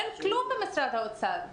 אין כלום ממשרד האוצר.